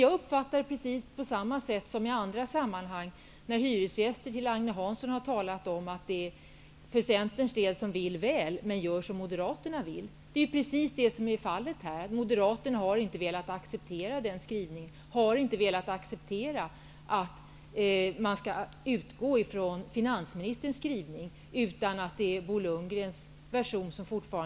Jag uppfattar att det är på samma sätt som i andra sammanhang, när hyresgäster har sagt att Centern vill väl men gör som Moderaterna vill. Det är fallet här. Moderaterna har inte velat acceptera finansministerns skrivning, utan det är Bo Lundgrens version som gäller.